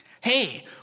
Hey